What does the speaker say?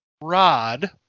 rod